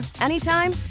anytime